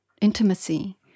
intimacy